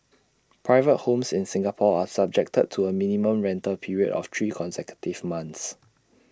private homes in Singapore are subject to A minimum rental period of three consecutive months